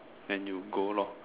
then you go lor